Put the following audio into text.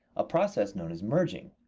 a process known as merging.